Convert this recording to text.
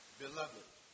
beloved